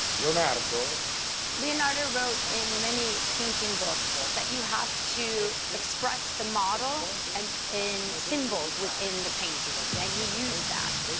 leonardo. interpreter leonardo wrote in many painting books that you have to express the model and in symbols within the painting. and he used that.